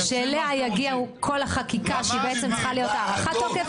שאליה תגיע כל החקיקה שצריכה להיות הארכת תוקף.